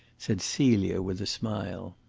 said celia, with a smile.